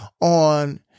on